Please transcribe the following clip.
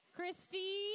Christy